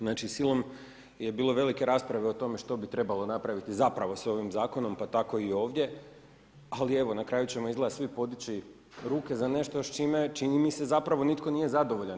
Znači silom je bilo velike rasprave o tome što bi trebalo napraviti, zapravo, ovim zakonom pa tako i ovdje, ali evo, na kraju ćemo izgleda svi podići ruke za nešto, s čime, čini mi se zapravo nitko nije zadovoljan.